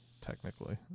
technically